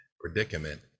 predicament